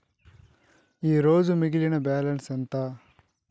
ఈరోజు మిగిలిన బ్యాలెన్స్ ఎంత?